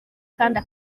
kandi